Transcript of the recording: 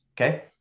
okay